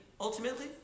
ultimately